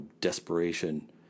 desperation